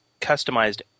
customized